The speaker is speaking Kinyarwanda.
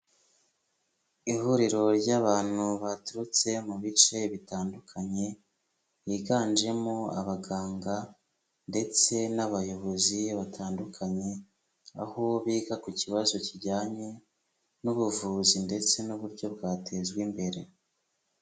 Ihuriro ry'abantu baturutse mu bice bitandukanye, biganjemo abaganga ndetse n'abayobozi batandukanye, aho biga ku kibazo kijyanye n'ubuvuzi ndetse n'uburyo bwatezwa imbere.